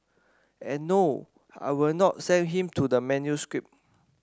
and no I will not send him the manuscript